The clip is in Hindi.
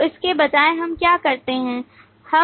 तो इसके बजाय हम क्या करते हैं